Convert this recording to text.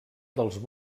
dels